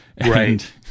Right